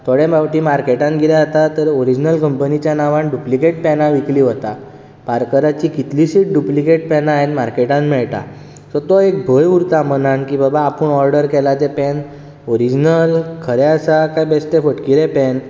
थोड्या फावटीं मार्केटांत कितें जाता तर ओरिजनल कंपनीच्या नांवार डुप्लिकेट पॅनां विकलीं वता पारकराचीं कितलींशींच डुप्लिकेट पॅनां आयन मार्केटान मेळटा सो तो एक भंय उरता मनान की बाबा आपूण ऑर्डर केलां तें पॅन ओरिजनल खरें आसा काय बेश्टें फोटकिरें पॅन